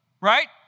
right